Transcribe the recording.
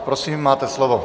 Prosím, máte slovo.